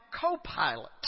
co-pilot